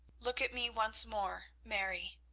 look at me once more, mary.